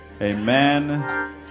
Amen